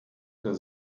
der